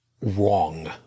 wrong